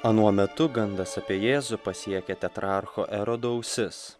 anuo metu gandas apie jėzų pasiekė tetrarcho erodo ausis